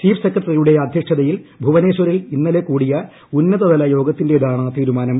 chief സെക്രട്ടറിയുടെ അധ്യക്ഷതയിൽ ഭുവനേശ്വറിൽ ഇന്നലെ കൂടിയ ഉന്നതതല യോഗത്തിന്റേതാണ് തീരുമാനം